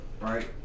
right